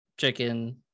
chicken